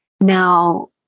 Now